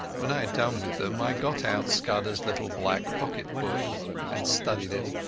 when i had done with them i got out scudderas little black pocket-book and studied it.